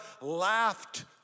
laughed